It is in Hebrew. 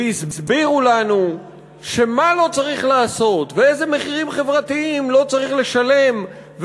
והסבירו לנו מה לא צריך לעשות ואיזה מחירים חברתיים לא צריך לשלם,